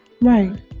Right